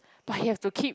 but he have to keep